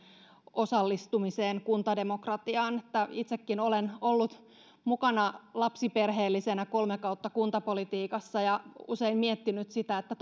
osallistumiseen kuntademokratiaan itsekin olen ollut lapsiperheellisenä kolme kautta mukana kuntapolitiikassa ja usein miettinyt että